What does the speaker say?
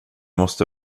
måste